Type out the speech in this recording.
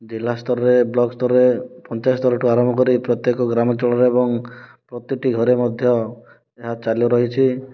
ଜିଲ୍ଲା ସ୍ତରରେ ବ୍ଲକ ସ୍ତରରେ ପଞ୍ଚାୟତ ସ୍ତର ଠାରୁ ଆରମ୍ଭ କରି ପ୍ରତ୍ୟେକ ଗ୍ରାମାଞ୍ଚଳରେ ଏବଂ ପ୍ରତିଟି ଘରେ ମଧ୍ୟ ଏହା ଚାଲୁ ରହିଛି